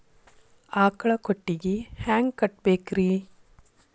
ಆಕಳ ಕೊಟ್ಟಿಗಿ ಹ್ಯಾಂಗ್ ಕಟ್ಟಬೇಕ್ರಿ?